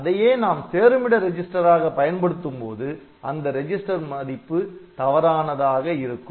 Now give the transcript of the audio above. அதையே நாம் சேருமிட ரிஜிஸ்டர் ஆக பயன்படுத்தும்போது அந்த ரெஜிஸ்டர் மதிப்பு தவறானதாக இருக்கும்